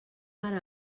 ara